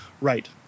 right